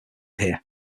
here